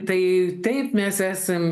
tai taip mes esam